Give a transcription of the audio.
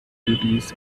duties